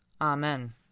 Amen